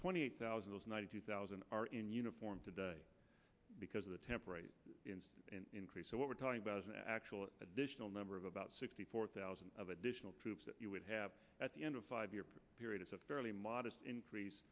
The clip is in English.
twenty eight thousand those ninety two thousand are in uniform today because of the temporary increase so what we're talking about is an actual additional number of about sixty four thousand of additional troops that you would have at the end of five year period is a fairly modest increase